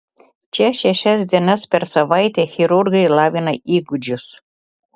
čia šešias dienas per savaitę chirurgai lavina įgūdžius